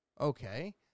Okay